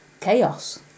chaos